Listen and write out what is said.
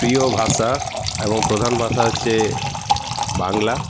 প্রিয় ভাষা এবং প্রধান ভাষা হচ্ছে বাংলা